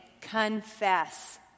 confess